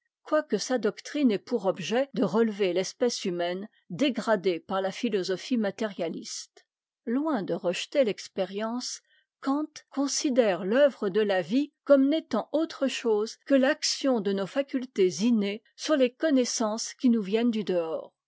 quoique sa doctrine ait pour objet de relever fespèce humaine dégradée par la philosophie matérialiste loin de rejeter l'expérience kant considère i'ceuvre de la vie comme n'étant autre chose que l'action de nos facultés innées sur les connaissances qui nous viennent du dehors